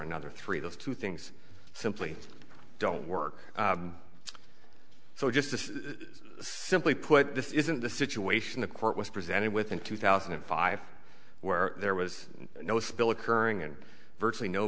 another three those two things simply don't work so just simply put this isn't the situation the court was presented with in two thousand and five where there was no spill occurring and virtually no